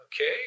Okay